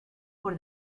por